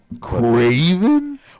Craven